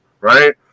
Right